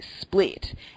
split